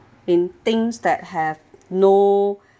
in things that have no